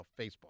Facebook